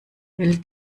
will